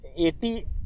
80